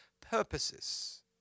purposes